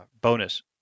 bonus